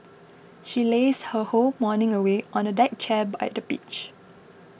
she lazed her whole morning away on a deck chair by the beach